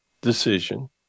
decision